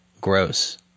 gross